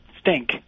stink